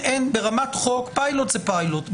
פיילוט זה פיילוט.